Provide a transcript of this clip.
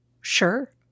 Sure